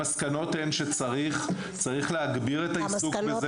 המסקנות הן שצריך להגביר את העיסוק בזה.